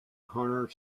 honoured